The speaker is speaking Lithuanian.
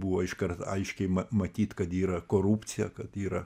buvo iškart aiškiai matyt kad yra korupcija kad yra